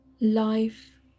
Life